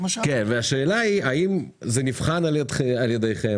השאלה היא האם זה נבחן על ידיכם?